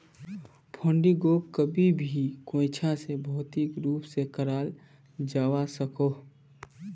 फंडिंगोक कभी भी कोयेंछा से भौतिक रूप से कराल जावा सकोह